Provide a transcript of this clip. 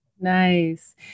Nice